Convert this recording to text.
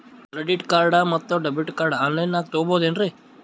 Credit card ಮತ್ತು debit card on ಲೈನಾಗ್ ತಗೋಬಹುದೇನ್ರಿ?